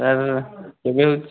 sir କେବେ ହେଉଛି